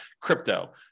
crypto